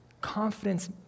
Confidence